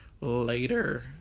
later